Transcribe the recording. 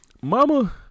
Mama